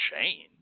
chains